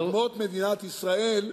אדמות מדינת ישראל,